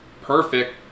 perfect